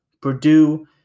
Purdue